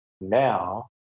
now